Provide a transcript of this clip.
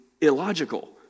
illogical